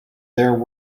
there